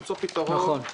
ולמצוא פתרון,